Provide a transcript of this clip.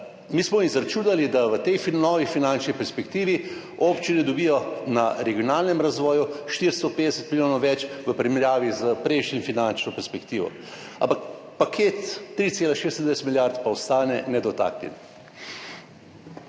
Mi smo izračunali, da v tej novi finančni perspektivi občine dobijo na regionalnem razvoju 450 milijonov več v primerjavi s prejšnjo finančno perspektivo. Ampak paket 3,26 milijarde pa ostane nedotaknjen.